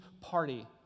party